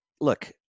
look